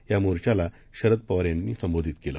यामोर्चालाशरदपवारयांनीसंबोधितकेलं